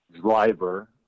driver